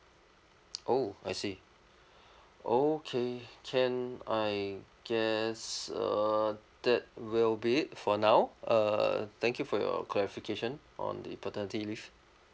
oh I see okay can I guess uh that will be it for now uh thank you for your clarification on the paternity leave